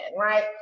right